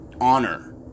honor